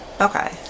okay